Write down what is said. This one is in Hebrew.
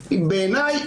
שיש עניינים ערכיים,